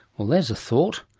well, there's a thought!